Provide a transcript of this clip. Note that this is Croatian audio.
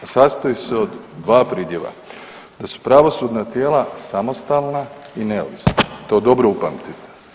Sastoji se od dva pridjeva da su pravosudna tijela samostalna i neovisna, to dobro upamtite.